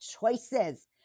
choices